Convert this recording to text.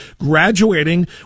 graduating